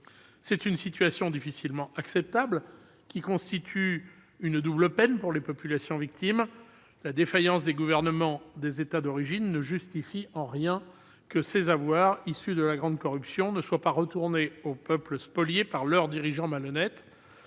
C'est une situation difficilement acceptable qui constitue une double peine pour les populations victimes. La défaillance des gouvernements des États d'origine ne justifie en rien que ces avoirs, issus de la grande corruption, ne soient pas restitués aux peuples spoliés par leurs dirigeants malhonnêtes.